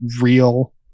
real